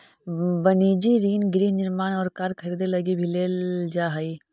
वनिजी ऋण गृह निर्माण और कार खरीदे लगी भी लेल जा हई